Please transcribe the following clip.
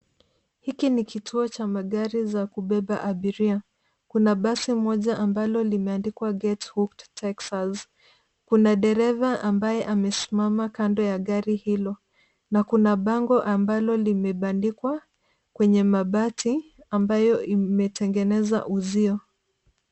Hiki ni kituo cha magari ya kubeba abiria ,kuna basi moja ambalo limeandikwa[ get hooked texas] kuna dereva ambaye amesimama kando ya gari hilo na kuna bango ambalo limebandikwa kwenye mabati ambayo imetengeneza uzio.